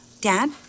Dad